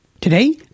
Today